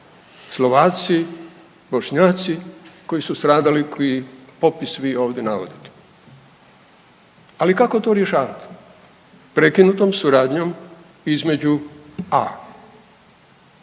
Slovaci, Bošnjaci, koji su stradali, koji popis vi ovdje navodite. Ali kako to rješavati? Prekinutom suradnjom između a)